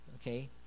okay